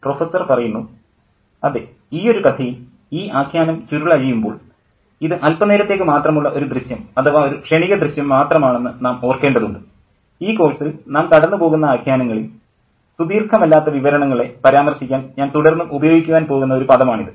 professor അതെ ഈയൊരു കഥയിൽ ഈ ആഖ്യാനം ചരുളഴിയുമ്പോൾ ഇത് അല്പ നേരത്തേക്കു മാത്രമുള്ള ഒരു ദൃശ്യം അഥവാ ഒരു ക്ഷണികദൃശ്യം മാത്രമാണെന്ന് നാം ഓർക്കേണ്ടതുണ്ട് ഈ കോഴ്സിൽ നാം കടന്നു പോകുന്ന ആഖ്യാനങ്ങളിൽ സുദീർഘമല്ലാത്ത വിവരണങ്ങളെ പരാമർശിക്കാൻ ഞാൻ തുടർന്നും ഉപയോഗിക്കുവാൻ പോകുന്ന ഒരു പദമാണിത്